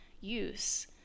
use